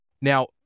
Now